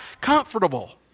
comfortable